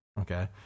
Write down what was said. okay